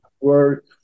work